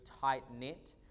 tight-knit